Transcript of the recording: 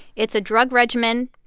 it's a drug regimen.